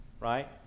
right